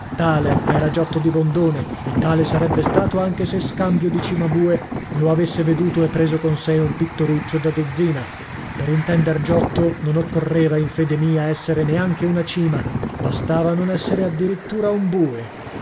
tale era giotto di bondone e tale sarebbe stato anche se scambio di cimabue lo avesse veduto e preso con sè un pittoruccio da dozzina per intender giotto non occorreva in fede mia esser neanche una cima bastava non essere a dirittura un bue